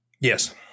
Yes